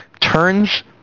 turns